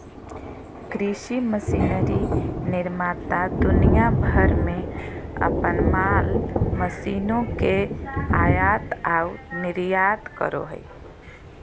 कृषि मशीनरी निर्माता दुनिया भर में अपन माल मशीनों के आयात आऊ निर्यात करो हइ